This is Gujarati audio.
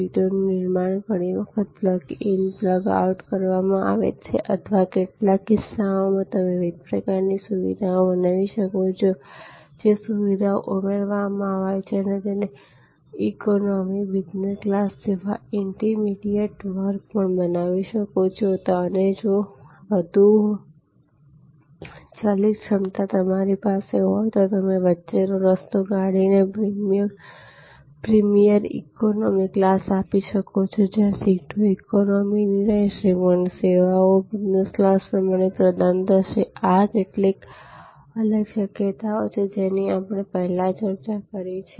સીટોનું નિર્માણ ત્યાં ઘણી વખત પ્લગ ઇન પ્લગ આઉટ પ્રકારમાં કરવામાં આવે છે અથવા કેટલાક કિસ્સાઓમાં તમે વિવિધ પ્રકારની સુવિધાઓ બનાવી શકો છો જે સુવિધાઓ ઉમેરવામાં આવે છે અને તમે ઇકોનોમી બિઝનેસ ક્લાસ જેવા ઇન્ટરમિડિયેટ વર્ગ પણ બનાવી શકો છો અને જો હજી વધુ ચલિત ક્ષમતા તમારી પાસે હોય તો તમે વચ્ચે નો રસ્તો કાઢી ને પ્રીમીયર ઈકોનોમી ક્લાસ આપી શકો છો જ્યાં સીટ ઈકોનોમી ની રહેશે પણ સેવાઓ બિઝનેસ ક્લાસ પ્રમાણે પ્રદાન થશે આ કેટલીક અલગ શક્યતાઓ છે જેની આપણે પહેલા ચર્ચા કરી છે